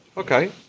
Okay